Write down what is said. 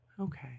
Okay